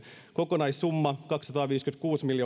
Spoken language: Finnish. kokonaissumma kaksisataaviisikymmentäkuusi miljoonaa